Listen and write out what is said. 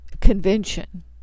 convention